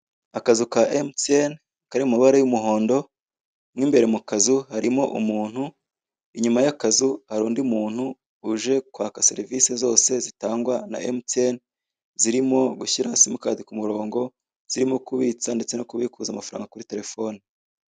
Akazu ka emutiyene kari mu mabara y'umuhondo mu imbere mu kazu harimo umuntu inyuma y'akazu, hari undi muntu uje kwaka serivise zose zitangwa na emutiyene zirimo gushyira simukadi ku murongo, zirimo kubitsa ndetse no kubikuza amafaranga kuri terefone.